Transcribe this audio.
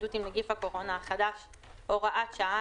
להתמודדות עם נגיף הקורונה החדש (הוראת שעה),